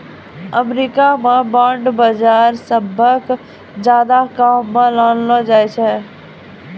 अमरीका म बांड बाजार सबसअ ज्यादा काम म लानलो जाय छै